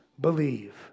believe